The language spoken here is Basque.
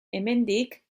hemendik